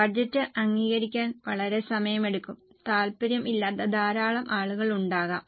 budget അംഗീകരിക്കാൻ വളരെ സമയമെടുക്കും താൽപ്പര്യം ഇല്ലാത്ത ധാരാളം ആളുകൾ ഉണ്ടാകാം